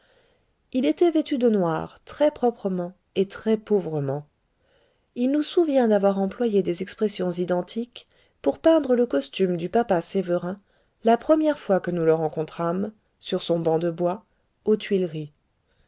il était vêtu de noir très proprement et très pauvrement il nous souvient d'avoir employé des expressions identiques pour peindre le costume du papa sévérin la première fois que nous le rencontrâmes sur son banc de bois aux tuileries